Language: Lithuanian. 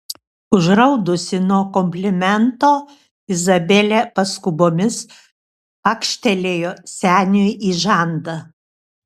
užraudusi nuo komplimento izabelė paskubomis pakštelėjo seniui į žandą